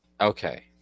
Okay